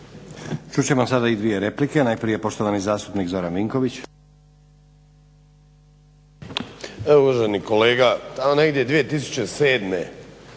Čut ćemo sada i dvije replike. Najprije poštovani zastupnik Zoran Vinković. **Vinković, Zoran